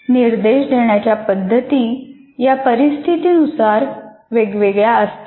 निर्देश देण्याच्या पद्धती या परिस्थितीनुसार वेगवेगळे असतात